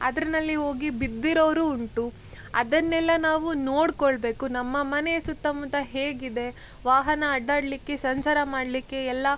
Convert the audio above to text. ಅದರಲ್ಲಿ ಹೋಗಿ ಬಿದ್ದಿರೋರು ಉಂಟು ಅದನ್ನೆಲ್ಲ ನಾವು ನೋಡಿಕೊಳ್ಬೇಕು ನಮ್ಮ ಮನೆಯ ಸುತ್ತಮುತ್ತ ಹೇಗಿದೆ ವಾಹನ ಅಡ್ಡಾಡ್ಲಿಕ್ಕೆ ಸಂಚಾರ ಮಾಡ್ಲಿಕ್ಕೆ ಎಲ್ಲ